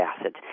acid